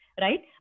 Right